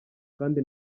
kandi